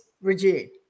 regime